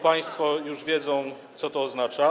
Państwo już wiedzą, co to oznacza.